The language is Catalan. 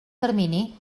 termini